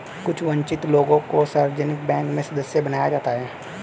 कुछ वन्चित लोगों को सार्वजनिक बैंक में सदस्य बनाया जाता है